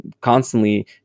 constantly